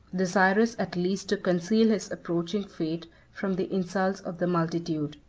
desirous at least to conceal his approaching fate from the insults of the multitude.